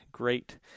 great